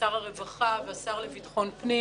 שר הרווחה, השר לביטחון הפנים